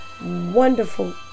wonderful